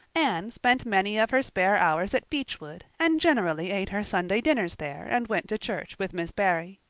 anne spent many of her spare hours at beechwood and generally ate her sunday dinners there and went to church with miss barry.